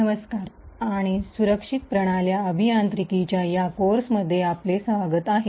नमस्कार आणि सुरक्षित प्रणाल्या अभियांत्रिकीच्या या कोर्समध्ये आपले स्वागत आहे